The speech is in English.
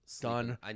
done